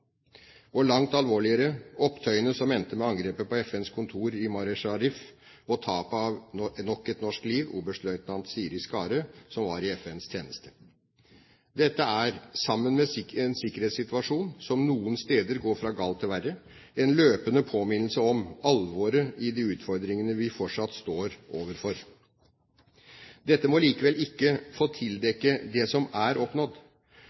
Og langt alvorligere: opptøyene som endte med angrepet på FNs kontor i Mazar-e-Sharif og tapet av nok et norsk liv, oberstløytnant Siri Skare, som var i FNs tjeneste. Dette er, sammen med en sikkerhetssituasjon som noen steder går fra galt til verre, en løpende påminnelse om alvoret i de utfordringene vi fortsatt står overfor. Dette må likevel ikke få tildekke det som er oppnådd.